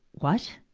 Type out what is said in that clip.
what!